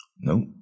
Nope